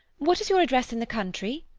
what is your address in the country?